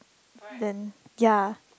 then ya